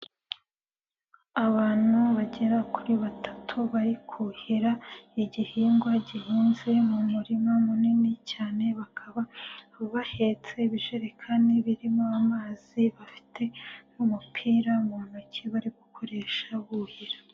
Abantu bagera kuri batatu bari kuhira igihingwa gihehinze mu murima munini cyane, bakaba bahetse ibijerekani birimo amazi bafite n'umupira mu ntoki bari gukoresha buhira.